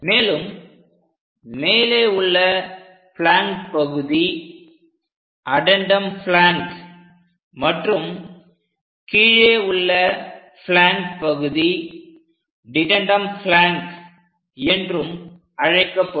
மேலும் மேலே உள்ள பிளாங்க் பகுதி அடென்டம் பிளாங்க் மற்றும் உள்ள கீழே பிளாங்க் பகுதி டிடென்டம் பிளாங்க் என்றும் அழைக்கப்படும்